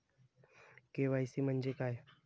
KYC म्हंजे काय?